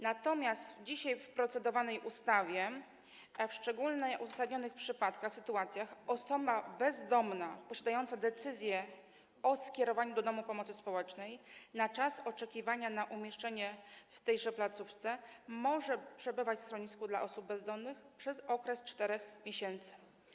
Natomiast zgodnie z procedowaną ustawą w szczególnie uzasadnionych przypadkach, sytuacjach, osoba bezdomna posiadająca decyzję o skierowaniu do domu pomocy społecznej może, w czasie oczekiwania na umieszczenie jej w tejże placówce, przebywać w schronisku dla osób bezdomnych przez okres 4 miesięcy.